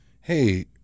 hey